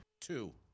Two